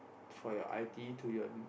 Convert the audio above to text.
for your i_d to your